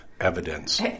evidence